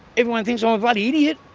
everyone thinks i'm a bloody idiot.